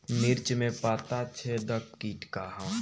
मिर्च में पता छेदक किट का है?